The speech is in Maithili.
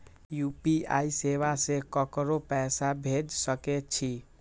यू.पी.आई सेवा से ककरो पैसा भेज सके छी?